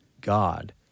god